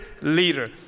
leader